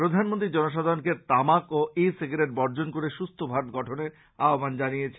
প্রধানমন্ত্রী জনসাধারণকে তামাক ও ই সিগারেট বর্জন করে সুস্থ ভারত গঠনের আহ্বান জানিয়েছেন